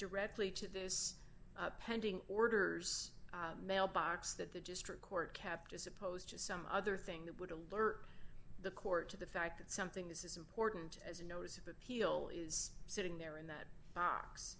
directly to this pending orders mailbox that the district court kept as opposed to some other thing that would alert the court to the fact that something this is important as a notice of appeal is sitting there in that box